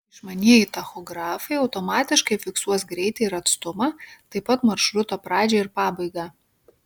išmanieji tachografai automatiškai fiksuos greitį ir atstumą taip pat maršruto pradžią ir pabaigą